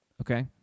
okay